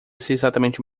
exatamente